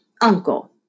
uncle